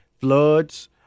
floods